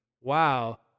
wow